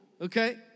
okay